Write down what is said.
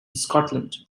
scotland